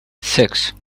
six